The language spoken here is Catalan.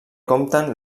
compten